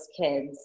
kids